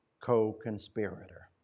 co-conspirator